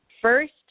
First